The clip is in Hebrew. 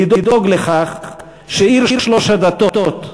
לדאוג לכך שעיר שלוש הדתות,